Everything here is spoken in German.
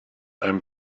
einem